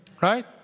Right